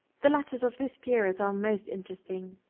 the letters of this period are most interesting.